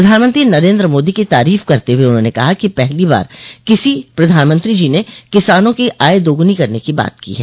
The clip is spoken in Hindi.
प्रधानमंत्री नरेन्द्र मोदी की तारीफ करते हुए उन्होंने कहा कि पहली बार किसी प्रधानमंत्री जी ने किसानों की आय दोगूनी करने की बात की है